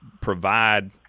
provide